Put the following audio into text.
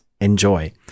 Enjoy